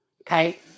okay